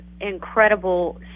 incredible